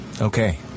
Okay